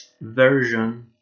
version